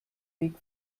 weg